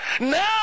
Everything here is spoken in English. Now